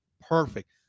Perfect